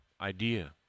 idea